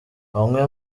bamwe